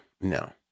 no